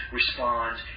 responds